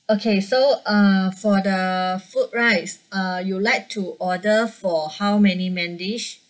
okay so uh for the food right uh you like to order for how many main dish